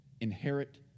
inherit